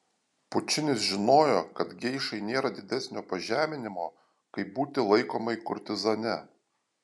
pučinis žinojo kad geišai nėra didesnio pažeminimo kaip būti laikomai kurtizane